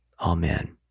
Amen